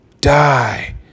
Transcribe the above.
die